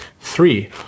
Three